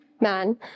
man